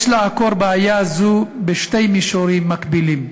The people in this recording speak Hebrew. יש לעקור בעיה זו בשני מישורים מקבילים: